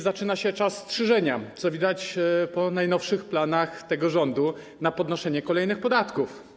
Zaczyna się czas strzyżenia, co widać po najnowszych planach tego rządu na podnoszenie kolejnych podatków.